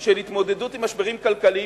של התמודדות עם משברים כלכליים,